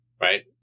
right